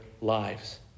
lives